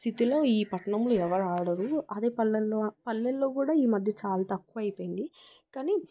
స్థితిలో ఈ పట్టణంలో ఎవరు ఆడరు అదే పల్లెల్లో పల్లెల్లో కూడా ఈమధ్య చాలా తక్కువ అయిపోయింది కానీ